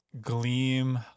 Gleam